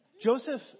Joseph